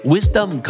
Wisdom